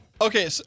Okay